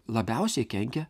labiausiai kenkia